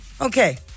Okay